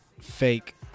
Fake